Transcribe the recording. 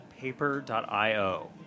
Paper.io